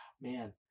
man